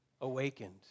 awakened